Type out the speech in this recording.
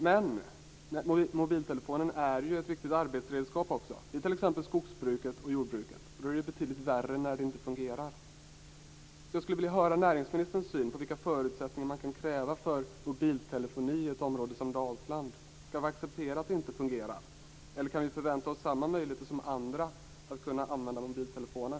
Men mobiltelefonen är ju ett viktigt arbetsredskap också, t.ex. i skogsbruket och i jordbruket. Och då är det betydligt värre när det inte fungerar. Jag skulle vilja höra näringsministerns syn på vilka förutsättningar som man kan kräva för mobiltelefoni i ett område som Dalsland. Skall vi acceptera att det inte fungerar, eller kan vi förvänta oss samma möjligheter som andra att använda mobiltelefoner?